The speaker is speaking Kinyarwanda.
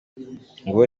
nguwo